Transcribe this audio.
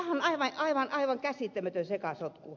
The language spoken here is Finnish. tämähän on aivan käsittämätön sekasotku